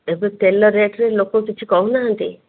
ଏତେ ତେଲ ରେଟ୍ରେ ଲୋକ କିଛି କହୁନାହାନ୍ତି